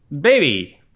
baby